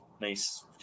nice